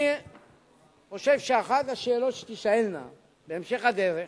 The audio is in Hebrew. אני חושב שאחת השאלות שתישאלנה בהמשך הדרך,